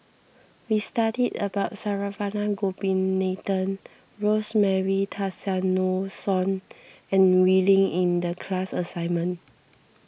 we studied about Saravanan Gopinathan Rosemary Tessensohn and Wee Lin in the class assignment